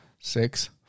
six